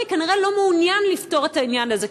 כנראה לא מעוניין לפתור את העניין הזה.